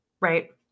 right